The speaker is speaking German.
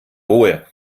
ruhe